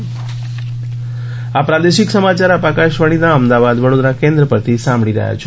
corona appeal આ પ્રાદેશિક સમાચાર આપ આકશવાણીના અમદાવાદ વડોદરા કેન્દ્ર પરથી સાંભળી રહ્યા છે